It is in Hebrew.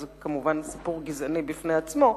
שזה כמובן סיפור גזעני בפני עצמו,